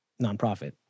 nonprofit